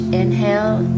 inhale